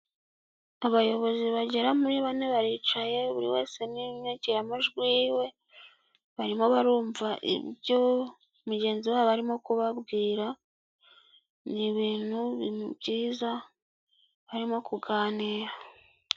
Abayobozi bagera muri bane baricaye, buri wese n'inyakiramajwi yiwe, barimo barumva ibyo mugenzi wabo arimo kubabwira, ni ibintu byiza barimo kuganira.